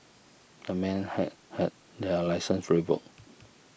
the men have had their licences revoked